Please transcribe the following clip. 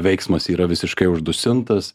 veiksmas yra visiškai uždusintas